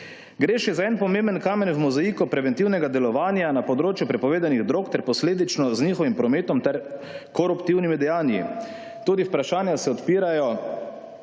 Gre še za en pomemben kamen v mozaiku preventivnega delovanja na področju prepovedanih drog ter posledično z njihovim prometom ter koruptivnimi dejanji. Tudi vprašanja se odpirajo,